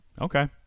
Okay